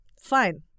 Fine